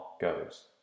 goes